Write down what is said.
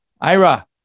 ira